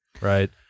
right